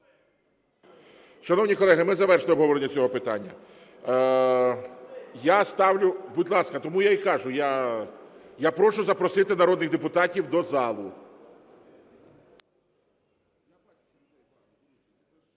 Шановні колеги, ми завершили обговорення цього питання. Я ставлю… Будь ласка, тому я і кажу, я прошу запросити народних депутатів до зали.